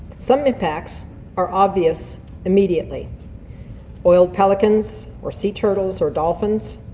some impacts are obvious immediately oiled pelicans or sea turtles or dolphins.